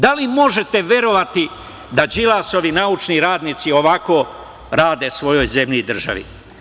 Da li možete verovati da Đilasovi naučni radnici ovako rade svojoj zemlji i državi?